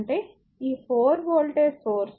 అంటే ఈ voltage source